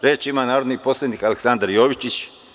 Reč ima narodni poslanik Aleksandar Jovičić.